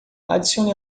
adicione